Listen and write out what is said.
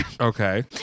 Okay